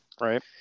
right